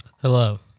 Hello